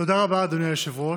תודה רבה, אדוני היושב-ראש.